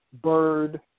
Bird